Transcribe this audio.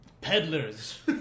peddlers